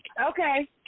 Okay